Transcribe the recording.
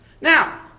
Now